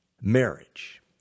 marriage